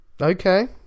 Okay